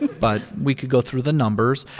but we could go through the numbers.